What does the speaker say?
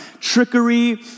Trickery